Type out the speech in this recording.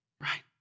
Right